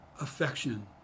affection